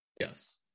Yes